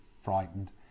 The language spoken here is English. frightened